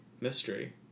mystery